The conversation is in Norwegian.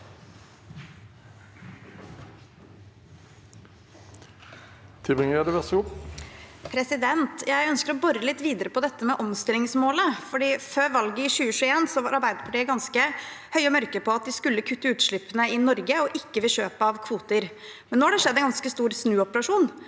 Jeg øns- ker å bore litt videre på dette med omstillingsmålet, for før valget i 2021 var Arbeiderpartiet ganske høye og mørke på at de skulle kutte utslippene i Norge, og ikke ved kjøp av kvoter. Men nå har det skjedd en ganske stor snuoperasjon,